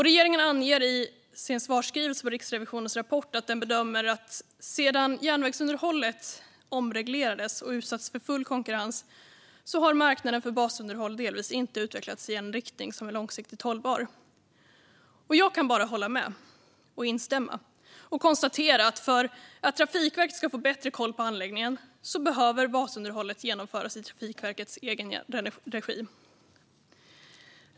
Regeringen anger i sin svarsskrivelse på Riksrevisionens rapport att den bedömer att sedan järnvägsunderhållet omreglerades och utsattes för full konkurrens har marknaden för basunderhåll delvis inte utvecklats i en riktning som är långsiktigt hållbar. Jag kan bara hålla med. För att Trafikverket ska få bättre koll på anläggningen behöver basunderhållet genomföras i Trafikverkets egen regi.